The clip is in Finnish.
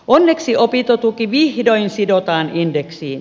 onneksi opintotuki vihdoin sidotaan indeksiin